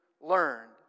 learned